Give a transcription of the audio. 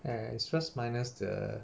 ya it's just minus the